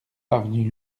avenue